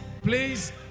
please